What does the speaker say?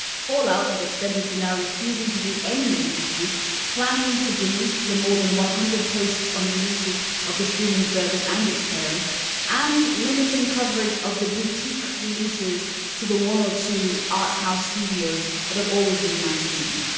fallout has extended to now refusing to do any interviews planning to delete the more than one hundred posts on releases of the streaming service and its parent and limiting coverage of the boutique releases to the one or two arthouse studios that have always been nice to me.